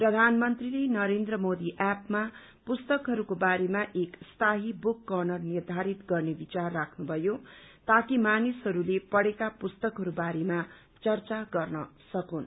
प्रधानमन्त्रीले नरेन्द्र मोदी एप मा पुस्तकहरूको बारेमा एक स्थायी बुक कर्नर निर्धारित गर्ने विचार राख्नुभयो ताकि मानिसहरूले पढ़ेका पुस्तकहरू बारेमा चर्चा गर्न सकून्